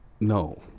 no